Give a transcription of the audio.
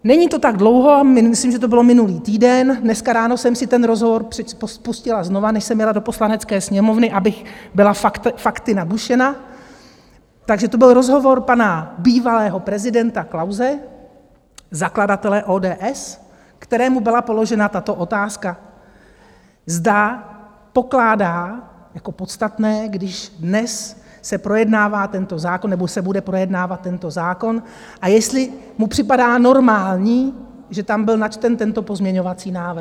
Není to tak dlouho, a myslím, že to bylo minulý týden dneska ráno jsem si ten rozhovor pustila znovu, než jsem jela do Poslanecké sněmovny, abych byla fakty nabušena takže to byl rozhovor pana bývalého prezidenta Klause, zakladatele ODS, kterému byla položena tato otázka, zda pokládá podstatné, když dnes se projednává tento zákon nebo se bude projednávat tento zákon, a jestli mu připadá normální, že tam byl načten tento pozměňovací návrh.